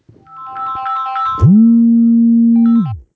is do they like